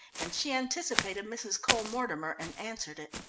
and she anticipated mrs. cole-mortimer, and answered it.